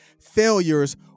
failures